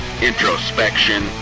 introspection